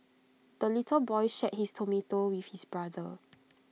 the little boy shared his tomato with his brother